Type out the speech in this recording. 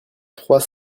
trois